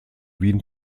wien